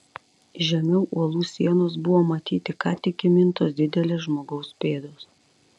žemiau uolų sienos buvo matyti ką tik įmintos didelės žmogaus pėdos